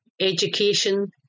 education